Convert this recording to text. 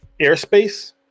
airspace